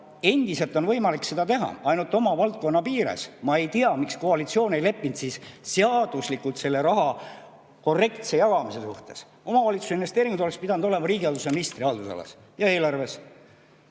endiselt on võimalik seda teha ainult oma valdkonna piires. Ma ei tea, miks koalitsioon ei leppinud seaduslikult kokku selle raha korrektses jagamises. Omavalitsuse investeeringud oleksid pidanud olema riigihalduse ministri haldusalas ja eelarves.